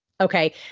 Okay